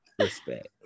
respect